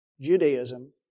Judaism